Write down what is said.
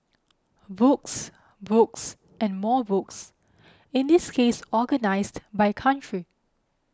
books books and more books in this case organised by country